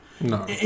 No